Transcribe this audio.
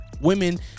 women